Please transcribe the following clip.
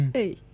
Hey